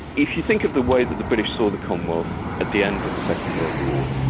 if you think of the way the the british saw the commonwealth at the end of the second world war,